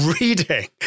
reading